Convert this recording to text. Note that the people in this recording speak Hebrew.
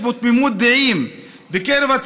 לראות את המאבק נגד אינפלציית הנשק כמאבק רב-ממדי.